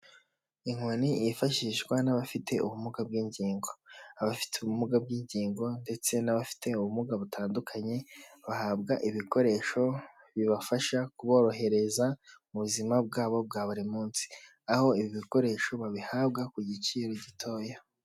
Inkoni yifashishwa n'abafite ubumuga bw'ingingo, abafite ubumuga bw'ingingo ndetse n'abafite ubumuga butandukanye bahabwa ibikoresho bibafasha kuborohereza mu buzima bwabo bwa buri munsi, aho ibi bikoresho babihabwa ku giciro gitoya.